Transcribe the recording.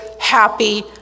happy